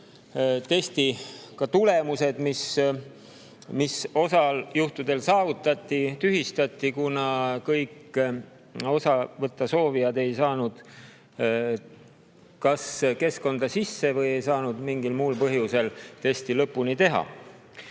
Testi tulemused, mis osal juhtudel saavutati, tühistati, kuna kõik osa võtta soovijad ei saanud kas keskkonda sisse või ei saanud mingil muul põhjusel testi lõpuni teha.